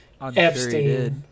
Epstein